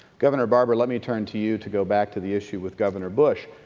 governor barbour, let me turn to you to go back to the issue with governor bush